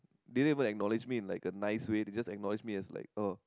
be able acknowledge me like a nice way because acknowledge me is like a